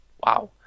Wow